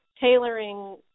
Tailoring